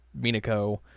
Minako